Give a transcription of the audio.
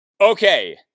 Okay